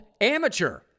Amateur